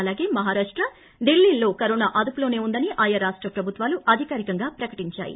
అలాగే మహారాష్ట ఢిల్లీ లలో కరోనా అదుపులో ఉందని ఆయా రాష్ట ప్రభుత్వాలు అధికారికంగా ప్రకటించాయి